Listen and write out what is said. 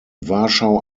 warschau